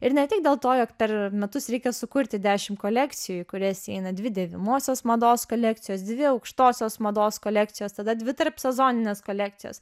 ir ne tik dėl to jog per metus reikia sukurti dešimt kolekcijų į kurias įeina dvi dėvimosios mados kolekcijos dvi aukštosios mados kolekcijos tada dvi tarp sezoninės kolekcijos